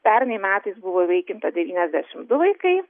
pernai metais buvo įvaikinta devyniasdešim du vaikai